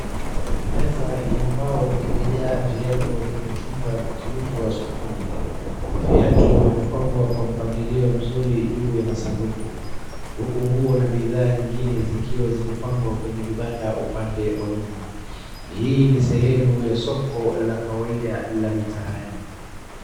Meza ya mbao imejaa viatu vya mitumba vikiuzwa sokoni, viatu vimepangwa kwa mpangilio mzuri juu ya masanduku, huku nguo na bidhaa nyingine zikiwa zimepangwa kwenye vibanda upande wa nyuma. Hii ni sehemu ya soko la kawaida la mitaani.